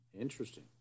Interesting